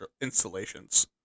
installations